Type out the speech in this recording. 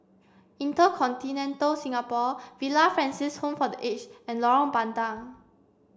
InterContinental Singapore Villa Francis Home for the Aged and Lorong Bandang